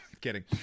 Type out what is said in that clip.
kidding